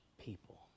people